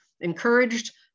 encouraged